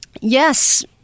Yes